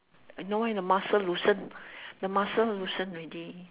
know why the muscle loosen the muscle loosen already